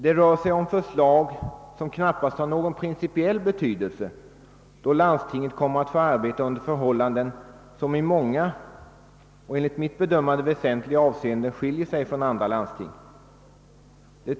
Det rör sig om förslag som knappast har någon principiell betydelse, då landstinget kommer att få arbeta under förhållanden som i många och, enligt mitt bedömande, väsentliga avseenden skiljer sig från de förhållanden som råder i andra landsting.